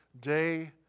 day